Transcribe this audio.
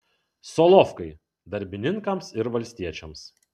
solovkai darbininkams ir valstiečiams